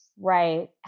Right